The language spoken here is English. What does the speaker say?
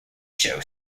show